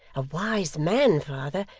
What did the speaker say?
a wise man, father,